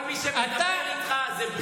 כל מי שמדבר איתך זה בושה.